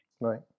Right